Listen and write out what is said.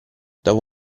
dopo